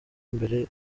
imbere